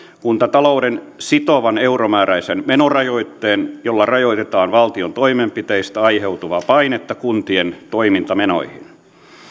kuntatalouden sitovan euromääräisen menorajoitteen jolla rajoitetaan valtion toimenpiteistä aiheutuvaa painetta kuntien toimintamenoihin